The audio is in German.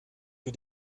für